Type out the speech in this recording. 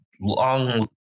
long